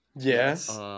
Yes